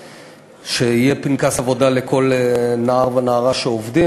שיהיה פנקס עבודה לכל נער ונערה שעובדים.